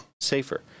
safer